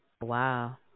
Wow